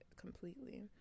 completely